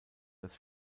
das